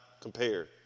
compare